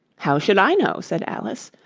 how should i know said alice,